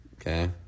Okay